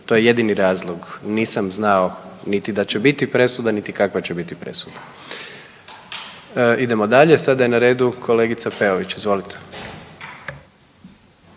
to je jedini razlog. Nisam znao niti da će biti presuda niti kakva će biti presuda. Idemo dalje, sada je na redu kolegica Peović. Izvolite.